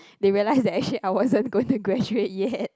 they realise that actually I wasn't going to graduate yet